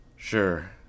Sure